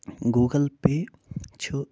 Google pay چھُ